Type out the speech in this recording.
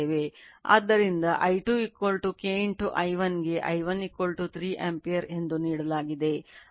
ಆದ್ದರಿಂದ I2 K I1 ಗೆ I1 3 ampere ಎಂದು ನೀಡಲಾಗಿದೆ